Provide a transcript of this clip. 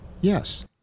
Yes